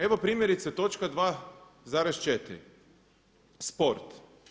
Evo primjerice točka 2,4 sport.